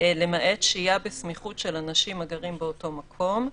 - למעט שהייה בסמיכות של אנשים הגרים באותו מקום,